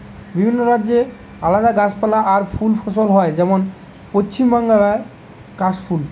বিভিন্ন রাজ্যে আলদা গাছপালা আর ফুল ফসল হয় যেমন যেমন পশ্চিম বাংলায় কাশ ফুল